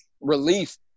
relief